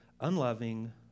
unloving